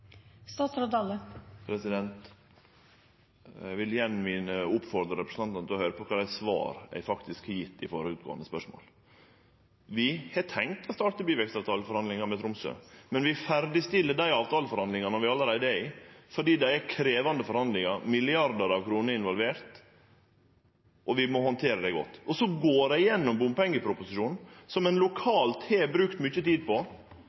Eg vil igjen oppfordre representanten til å høyre på kva svar eg gav på førre spørsmål. Vi har tenkt å starte byvekstavtaleforhandlingar med Tromsø. Men vi ferdigstiller dei avtaleforhandlingane vi allereie er i, for det er krevjande forhandlingar – milliardar av kroner er involverte – og vi må handtere det godt. Så går eg gjennom bompengeproposisjonen, som ein lokalt har brukt mykje tid på,